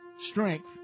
strength